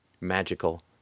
magical